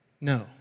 No